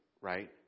right